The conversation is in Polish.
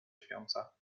śpiąca